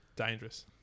dangerous